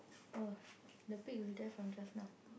oh the pigs is there from just now